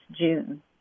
June